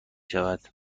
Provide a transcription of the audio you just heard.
شود